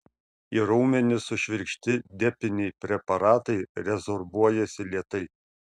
į raumenis sušvirkšti depiniai preparatai rezorbuojasi lėtai